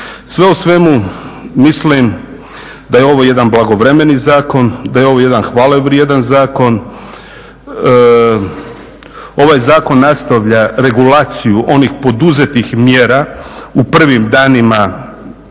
Sve u svemu mislim da je ovo jedan blagovremeni zakon, da je ovo jedan hvalevrijedan zakon. Ovaj zakon nastavlja regulaciju onih poduzetih mjera u prvim danima